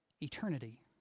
eternity